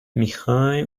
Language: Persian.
میخوای